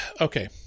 okay